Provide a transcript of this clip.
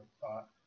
Thought